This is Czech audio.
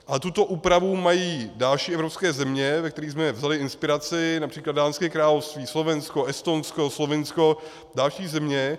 A tuto úpravu mají další evropské země, ve kterých jsme vzali inspiraci, například Dánské království, Slovensko, Estonsko, Slovinsko, další země.